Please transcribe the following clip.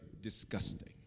disgusting